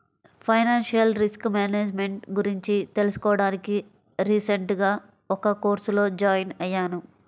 financial risk management గురించి తెలుసుకోడానికి recent గా ఒక కోర్సులో జాయిన్ అయ్యాను